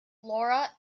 laura